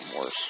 worse